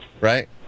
right